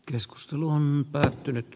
keskustelu on päättynyt